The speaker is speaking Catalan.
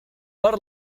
per